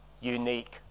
unique